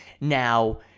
Now